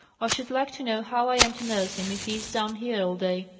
i should like to know how i am to nurse him, if he is down here all day?